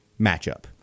matchup